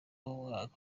n’umwanya